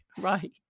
right